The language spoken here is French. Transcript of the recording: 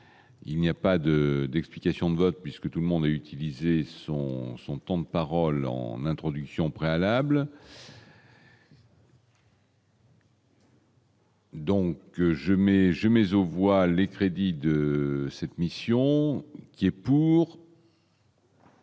il n'y a pas de d'explications de vote puisque tout le monde a utilisé son son temps de parole en introduction préalables. Donc je mets jamais au voile les crédits de cette mission, qui est pour.